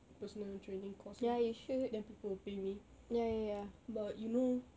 personal training course lah then people will pay me but you know